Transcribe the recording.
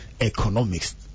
economics